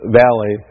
valley